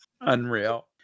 unreal